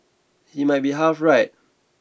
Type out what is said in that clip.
he might be half right